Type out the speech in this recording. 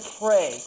pray